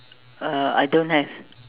uh I don't have